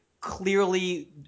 clearly